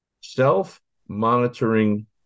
self-monitoring